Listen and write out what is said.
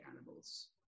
animals